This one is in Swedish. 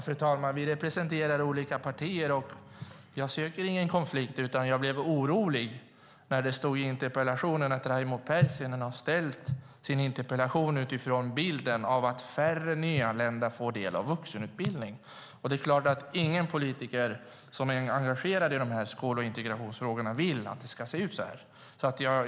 Fru talman! Vi representerar olika partier. Jag söker ingen konflikt, utan jag blev orolig när jag såg att Raimo Pärssinen har ställt sin interpellation utifrån bilden att färre nyanlända får del av vuxenutbildning. Det är klart att ingen politiker som är engagerad i skol och integrationsfrågorna vill att det ska se ut så här.